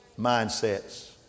mindsets